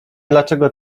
dlaczego